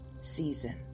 season